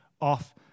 off